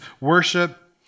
worship